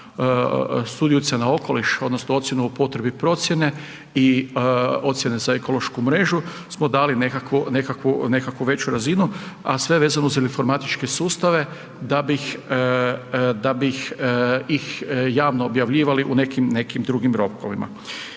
razumije/…na okoliš odnosno ocjenu o potrebi procijene i ocijene za ekološku mrežu smo dali nekakvu veću razinu, a sve vezano uz informatičke sustave da bih ih javno objavljivali u nekim drugim rokovima.